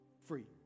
free